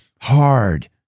hard